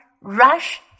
rush